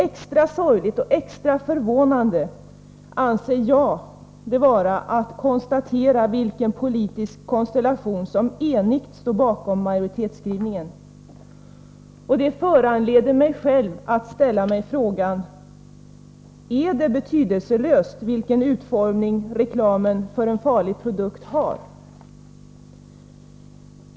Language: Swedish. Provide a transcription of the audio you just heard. Extra sorgligt och extra förvånande anser jag det vara att konstatera vilken politisk konstellation som enigt står bakom majoritetsskrivningen. Det föranleder mig själv att ställa frågan: Är det betydelselöst vilken utformning reklamen för en farlig produkt har?